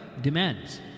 demands